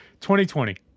2020